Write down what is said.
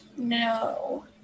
no